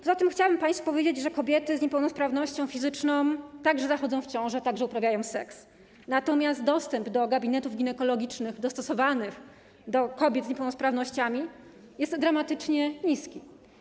Poza tym chciałabym państwu powiedzieć, że kobiety z niepełnosprawnością fizyczną także zachodzą w ciążę, także uprawiają seks, natomiast dostęp do gabinetów ginekologicznych dostosowanych do potrzeb kobiet z niepełnosprawnościami jest dramatycznie niski.